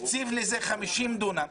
הקציב לזה 50 דונם,